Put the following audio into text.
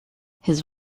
his